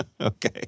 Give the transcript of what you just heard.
Okay